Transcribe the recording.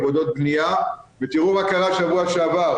עבודות בניה ותראו מה קרה שבוע שעבר,